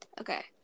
Okay